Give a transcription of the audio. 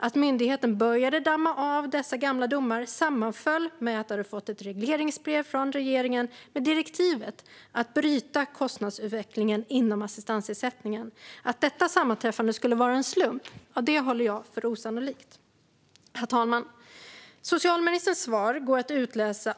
Att myndigheten började damma av dessa gamla domar sammanföll med att man hade fått ett regleringsbrev från regeringen med direktiv om att bryta kostnadsutvecklingen inom assistansersättningen. Att detta sammanträffande skulle vara en slump håller jag för osannolikt. Herr talman!